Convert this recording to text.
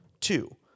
two